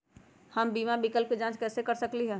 हम बीमा विकल्प के जाँच कैसे कर सकली ह?